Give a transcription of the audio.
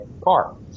car